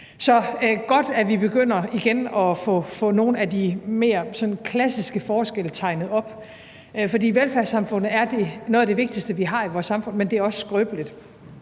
Så godt, at vi igen begynder at få nogle af de mere klassiske forskelle tegnet op, for velfærdssamfundet er noget af det vigtigste, vi har, men det er også skrøbeligt.